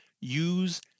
use